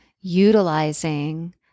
utilizing